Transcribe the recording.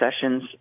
sessions